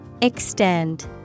Extend